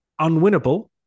Unwinnable